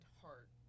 heart